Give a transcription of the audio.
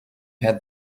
had